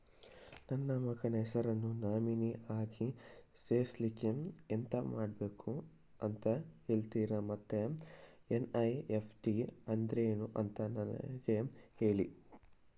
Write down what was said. ನನ್ನ ಮಗನ ಹೆಸರನ್ನು ನಾಮಿನಿ ಆಗಿ ಸೇರಿಸ್ಲಿಕ್ಕೆ ಎಂತ ಮಾಡಬೇಕು ಅಂತ ಹೇಳ್ತೀರಾ ಮತ್ತು ಎನ್.ಇ.ಎಫ್.ಟಿ ಅಂದ್ರೇನು ಅಂತ ನನಗೆ ಹೇಳಿ